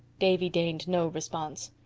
davy deigned no response.